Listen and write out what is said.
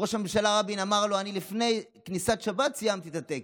ראש הממשלה רבין אמר לו: אני לפני כניסת שבת סיימתי את הטקס,